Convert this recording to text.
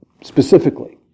Specifically